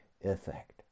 effect